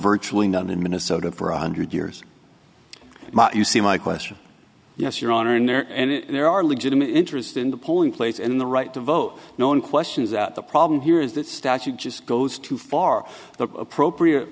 virtually none in minnesota for one hundred years you see my question yes your honor in there and there are legitimate interest in the polling place in the right to vote no one questions out the problem here is that statute just goes too far the appropriate